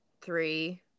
Three